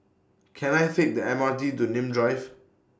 Can I Take The M R T to Nim Drive